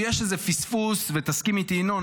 יש איזה פספוס, תסכים איתי, ינון.